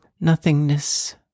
nothingness